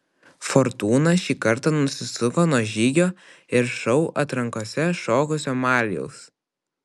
fortūna šį kartą nusisuko nuo žygio ir šou atrankose šokusio marijaus